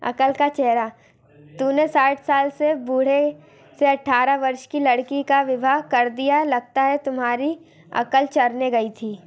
अकल का चेहरा तूने साठ साल के बूढ़े से अट्ठारह वर्ष की लड़की का विवाह कर दिया लगता है तुम्हारी अकल चरने गई थी